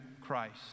Christ